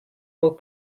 more